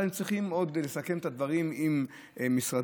אבל הם צריכים עוד לתאם את הדברים עם המשרדים,